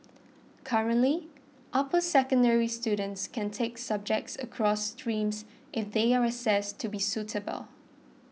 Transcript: currently upper secondary students can take subjects across streams if they are assessed to be suitable